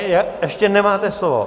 Ne, ještě nemáte slovo.